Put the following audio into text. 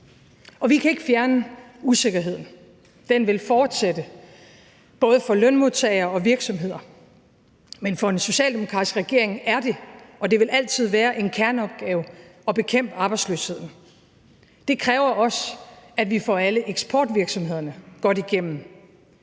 Og vi kan ikke fjerne usikkerheden. Den vil fortsætte, både for lønmodtagere og virksomheder, men for en socialdemokratisk regering er det og vil det altid være en kerneopgave at bekæmpe arbejdsløsheden. Det kræver også, at vi får alle eksportvirksomhederne godt igennem.